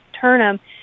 Turnham